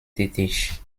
tätig